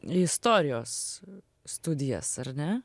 istorijos studijas ar ne